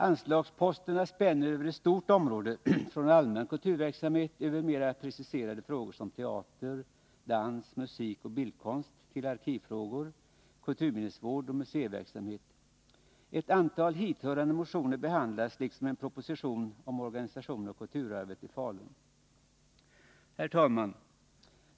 Anslagsposterna spänner över ett stort område från allmän kulturverksamhet över mer preciserade frågor som teater, dans, musik och bildkonst till arkivfrågor, kulturminnesvård och museiverksamhet. Ett antal hithörande motioner behandlas, liksom propositionen om organisation av Kulturarvet i Falun. Herr talman!